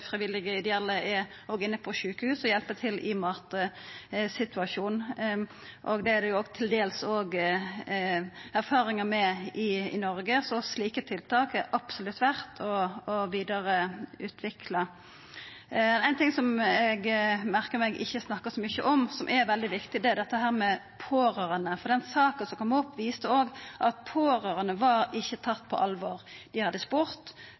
frivillige ideelle òg er inne på sjukehus og hjelper til i matsituasjonen. Det har ein til dels erfaringar med òg i Noreg, så slike tiltak er det absolutt verdt å utvikla vidare. Ein ting som eg merkar meg at det ikkje er snakka så mykje om, som er veldig viktig, er dette med dei pårørande, for den saka som kom opp, viste òg at dei pårørande ikkje var tatt på alvor. Dei hadde spurt,